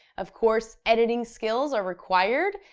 of course, editing skills are required,